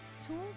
tools